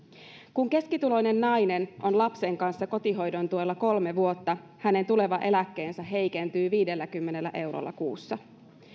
kun keskituloinen nainen on lapsen kanssa kotihoidon tuella kolme vuotta hänen tuleva eläkkeensä heikentyy viidelläkymmenellä eurolla kuussa